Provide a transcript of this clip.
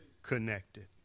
connected